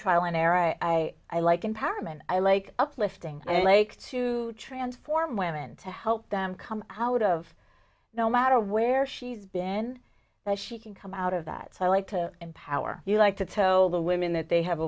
trial and error i i like empowerment i like uplifting and like to transform women to help them come out of no matter where she's been and she can come out of that so i like to empower you like to toe the women that they have